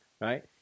right